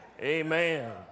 Amen